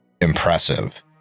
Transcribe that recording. impressive